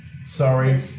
Sorry